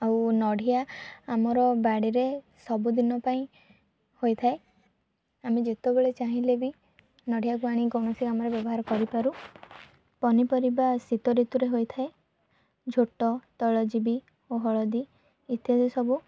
ଆଉ ନଡ଼ିଆ ଆମର ବାଡ଼ିରେ ସବୁଦିନ ପାଇଁ ହୋଇଥାଏ ଆମେ ଯେତେବେଳେ ଚାହିଁଲେ ବି ନଡ଼ିଆକୁ ଆଣି କୌଣସି କାମରେ ବ୍ୟବହାର କରିପାରୁ ପନିପରିବା ଶୀତଋତୁରେ ହୋଇଥାଏ ଝୋଟ ତୈଳଜୀବୀ ଓ ହଳଦୀ ଇତ୍ୟାଦି ସବୁ